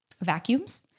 vacuums